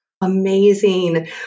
Amazing